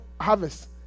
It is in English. harvest